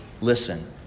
listen